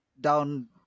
down